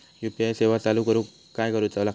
UPI सेवा चालू करूक काय करूचा लागता?